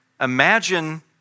Imagine